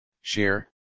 share